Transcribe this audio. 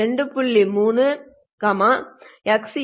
3 x 1